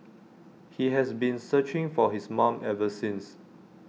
he has been searching for his mom ever since